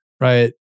right